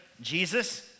Jesus